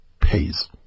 pays